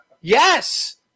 Yes